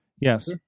yes